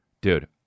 Dude